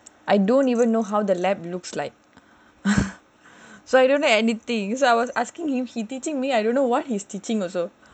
I don't even know how the laboratory looks like so I don't know anything so I was asking him he teaching me I don't know what he's teaching also